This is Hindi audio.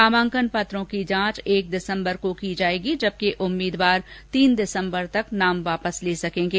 नामांकन पत्रों की जांच एक दिसंबर को की जाएगी जबकि उम्मीदवार तीन दिसंबर तक नाम वापस ले सकेंगे